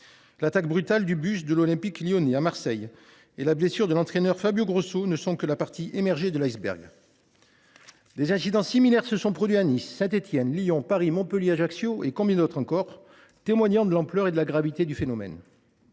L’attaque brutale du bus de l’Olympique lyonnais à Marseille et la blessure de l’entraîneur Fabio Grosso ne sont que la partie émergée de l’iceberg. Des incidents similaires se sont produits à Nice, à Saint Étienne, à Lyon, à Paris, à Montpellier, à Ajaccio, ailleurs encore. Ils témoignent de l’ampleur et de la gravité du phénomène.